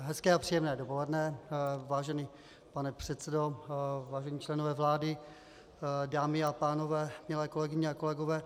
Hezké a příjemné dopoledne, vážený pane předsedo, vážení členové vlády, dámy a pánové, milé kolegyně a kolegové.